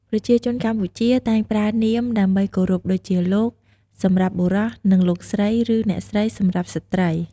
ប្រជាជនកម្ពុជាតែងប្រើនាមដើម្បីគោរពដូចជា "លោក" សម្រាប់បុរស និង "លោកស្រី ឬអ្នកស្រី" សម្រាប់ស្ត្រី។